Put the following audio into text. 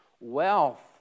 Wealth